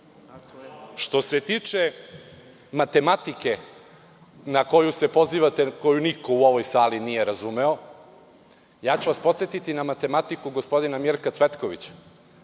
se tiče matematike na koju se pozivate, koju niko u ovoj sali nije razumeo, podsetiću vas na matematiku gospodina Mirka Cvetkovića